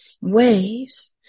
Waves